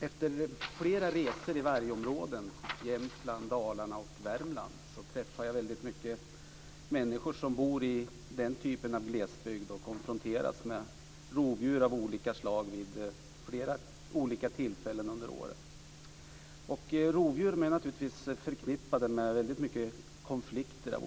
Efter att ha gjort flera resor i vargområden i Jämtland, Dalarna och Värmland har jag träffat många människor som bor i glesbygd och som vid olika tillfällen under året konfronteras med rovdjur av olika slag. Rovdjur är naturligtvis förknippade med mycket av konflikter.